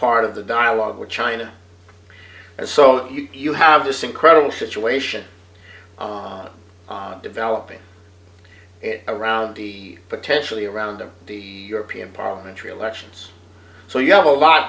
part of the dialogue with china and so you have this incredible situation developing around the potentially around of the european parliamentary elections so you have a lot